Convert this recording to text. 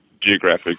Geographic